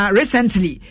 recently